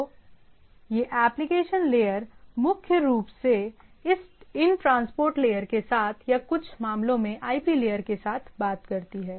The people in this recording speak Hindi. तो ये एप्लिकेशन लेयर मुख्य रूप से इन ट्रांसपोर्ट लेयर्स के साथ या कुछ मामलों में IP लेयर के साथ बात कर सकती हैं